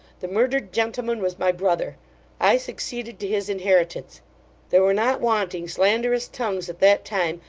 the murdered gentleman was my brother i succeeded to his inheritance there were not wanting slanderous tongues at that time,